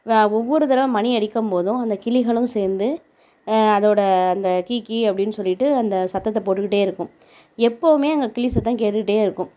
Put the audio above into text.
வ ஒவ்வொரு தடவை மணி அடிக்கும்போதும் அந்த கிளிகளும் சேர்ந்து அதோட அந்த கீ கீ அப்டின்னு சொல்லிகிட்டு அந்த சத்தத்தை போட்டுக்கிட்டு இருக்கும் எப்போதுமே அங்கே கிளி சத்தம் கேட்டுகிட்டு இருக்கும்